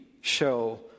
show